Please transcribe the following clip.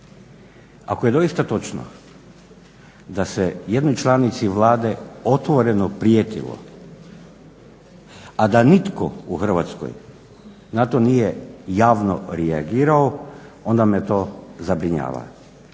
Ako je doista točno da se jednoj članici Vlade otvoreno prijetilo, a da nitko u Hrvatskoj na to nije javno reagirao onda me to zabrinjava.